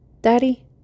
Daddy